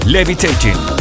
Levitating